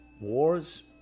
wars